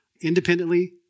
Independently